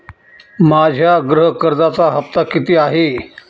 माझ्या गृह कर्जाचा हफ्ता किती आहे?